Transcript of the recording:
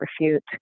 refute